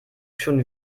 schon